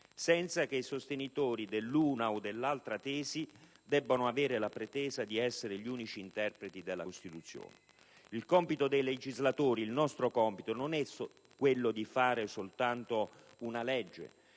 senza che i sostenitori dell'una o dell'altra tesi debbano avere la pretesa di essere gli unici interpreti della Costituzione. Il compito dei legislatori, il nostro compito, non è di fare soltanto una legge